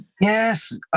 Yes